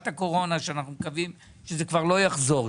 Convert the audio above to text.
הקורונה שאנחנו מקווים שזה כבר לא יחזור,